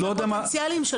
למעסיקים פוטנציאליים.